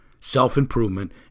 self-improvement